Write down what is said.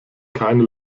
keine